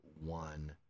one